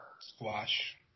Squash